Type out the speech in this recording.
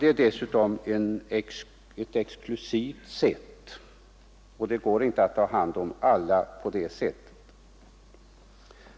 det är dessutom ett exklusivt sätt och det går inte att ta hand om alla på det sättet.